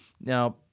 Now